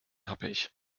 happig